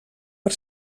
per